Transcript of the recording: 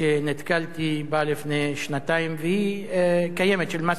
שנתקלתי בה לפני שנתיים, והיא קיימת, של מס רכוש.